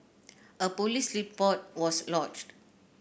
a police report was lodged